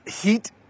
heat